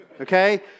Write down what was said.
okay